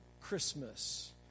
Christmas